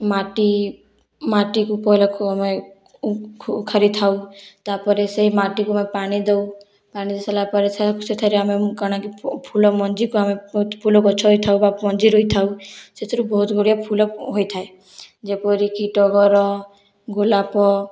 ମାଟି ମାଟିକୁ ପହିଲା କମେ ଉଖାରୀ ଥାଉ ତାପରେ ସେହି ମାଟିକୁ ଆମେ ପାଣି ଦେଉ ପାଣି ଦେଇ ସାରିଲା ପରେ ସେ ସେଠାରେ ଆମେ କାଣାକି ଫୁଲ ମଞ୍ଜିକୁ ଆମେ ଫୁଲ ଗଛ ହୋଇଥାଉ ବା ମଞ୍ଜି ରୁହିଥାଉ ସେଥିରୁ ବହୁତ ଗୁଡ଼ିଏ ଫୁଲ ହୋଇଥାଏ ଯେପରିକି ଟଗର ଗୋଲାପ